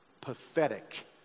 pathetic